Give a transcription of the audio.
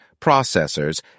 processors